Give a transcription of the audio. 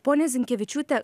ponia zinkevičiūte